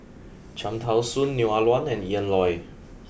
Cham Tao Soon Neo Ah Luan and Ian Loy